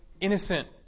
innocent